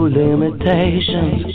limitations